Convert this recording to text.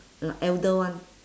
ah elder one